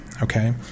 Okay